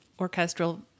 orchestral